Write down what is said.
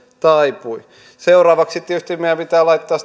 taipui seuraavaksi tietysti meidän pitää laittaa